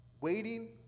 Waiting